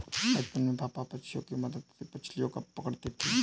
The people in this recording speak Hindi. बचपन में पापा पंछियों के मदद से मछलियां पकड़ते थे